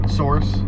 source